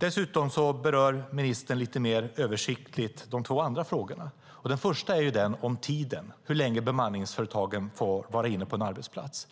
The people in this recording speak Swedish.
Ministern berör lite mer översiktligt de två andra frågorna. Den ena gäller tiden, det vill säga hur länge bemanningsföretagen får vara inne på en arbetsplats.